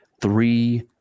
three